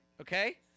okay